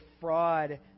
fraud